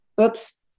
Oops